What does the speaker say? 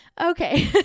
okay